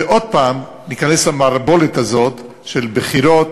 ועוד הפעם ניכנס למערבולת הזאת של בחירות